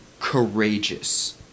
courageous